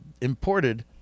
imported